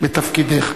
מתפקידך.